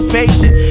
patient